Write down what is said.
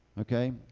okay